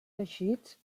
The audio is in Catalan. teixits